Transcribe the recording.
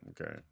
Okay